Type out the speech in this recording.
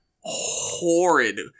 horrid